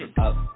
Up